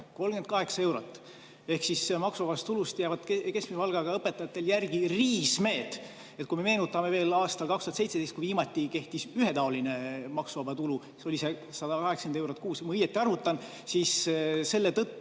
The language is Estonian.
38 eurot. Ehk siis maksuvabast tulust jäävad keskmise palgaga õpetajatel järgi riismed. Kui me meenutame, siis veel aastal 2017, kui viimati kehtis ühetaoline maksuvaba tulu, see oli 180 eurot kuus. Kui ma õieti arvutan, siis selle tõttu